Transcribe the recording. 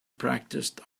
practiced